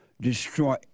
destroy